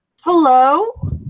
Hello